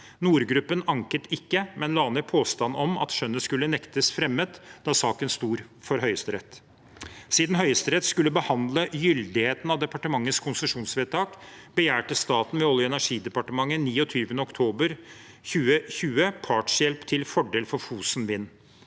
Nord-gruppen anket ikke, men la ned påstand om at skjønnet skulle nektes fremmet da saken sto for Høyesterett. Siden Høyesterett skulle behandle gyldigheten av departementets konsesjonsvedtak, begjærte staten ved Olje- og energidepartementet 29. oktober 2020 partshjelp til fordel for Fosen Vind.